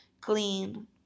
clean